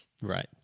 Right